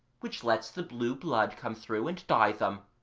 which lets the blue blood come through and dye them,